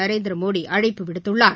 நரேந்திரமோடி அழைப்பு விடுத்துள்ளார்